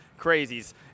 crazies